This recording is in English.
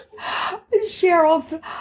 Cheryl